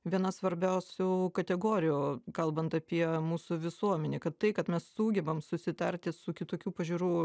viena svarbiausių kategorijų kalbant apie mūsų visuomenę kad tai kad mes sugebam susitarti su kitokių pažiūrų